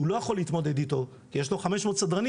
שהוא לא יכול להתמודד איתו כי יש לו 500 סדרנים.